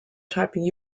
typing